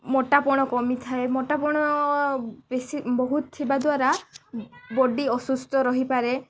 ମୋଟାପଣ କମିଥାଏ ମୋଟାପଣ ବେଶୀ ବହୁତ ଥିବା ଦ୍ୱାରା ବଡ଼ି ଅସୁସ୍ଥ ରହିପାରେ